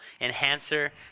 enhancer